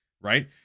right